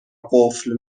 قفل